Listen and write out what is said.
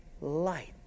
light